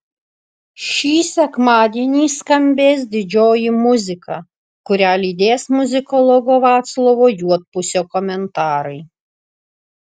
šį sekmadienį skambės didžioji muzika kurią lydės muzikologo vaclovo juodpusio komentarai